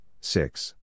six